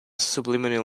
subliminal